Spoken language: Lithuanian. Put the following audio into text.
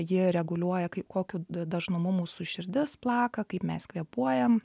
ji reguliuoja kai kokiu dažnumu mūsų širdis plaka kaip mes kvėpuojam